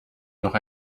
noch